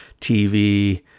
tv